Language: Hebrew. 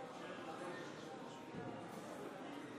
נגד,